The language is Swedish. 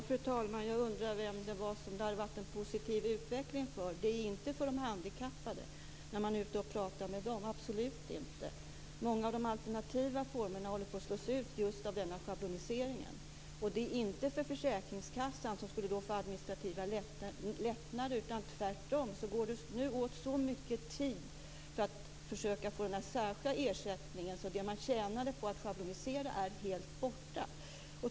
Fru talman! Jag undrar för vem det har varit en positiv utveckling. Det är inte för de handikappade när man pratar med dem, absolut inte. Många av de alternativa formerna håller på att slås ut just av denna schablonisering. Och det är inte heller för försäkringskassan som skulle få administrativa lättnader. Tvärtom går det nu åt så mycket tid för att försöka få den särskilda ersättningen att det man tjänade på att schablonisera är helt borta.